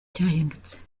cyahindutse